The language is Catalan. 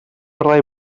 rei